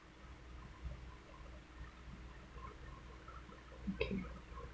okay